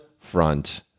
front